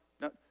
no